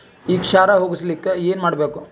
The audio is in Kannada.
ಈ ಕ್ಷಾರ ಹೋಗಸಲಿಕ್ಕ ಏನ ಮಾಡಬೇಕು?